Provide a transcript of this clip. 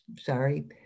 sorry